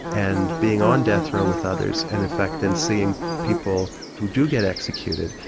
and being on death row with others and in fact then seeing people who do get executed,